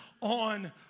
on